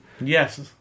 Yes